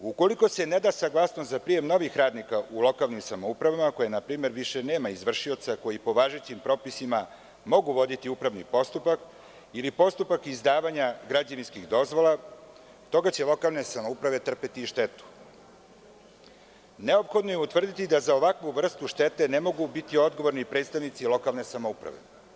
Ukoliko se ne da saglasnost za prijem novih radnika u lokalnim samoupravama koja, na primer, više nema izvršioca koji po važećim propisima mogu voditi upravni postupak ili postupak izdavanja građevinskih dozvola, stoga će lokalne samouprave trpeti i štetu. neophodno je utvrditi da za ovakvu vrstu štete ne mogu biti odgovorni predstavnici lokalne samouprave.